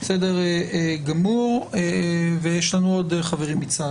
גם לכל אזרח שמחליט להשקיע כסף בקידום תעמולת בחירות בתקופת